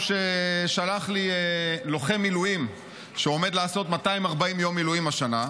ששלח לי לוחם מילואים שעומד לעשות 240 ימי מילואים השנה,